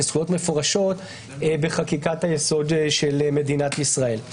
מפורשות בחקיקת היסוד של מדינת ישראל.